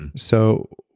and so,